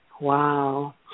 wow